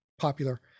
popular